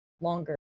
longer